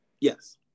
Yes